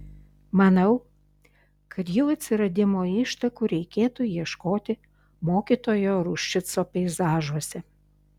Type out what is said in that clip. manau kad jų atsiradimo ištakų reikėtų ieškoti mokytojo ruščico peizažuose